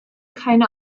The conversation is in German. keine